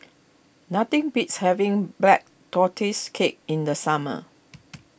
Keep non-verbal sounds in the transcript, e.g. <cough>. nothing beats having Black Tortoise Cake in the summer <noise>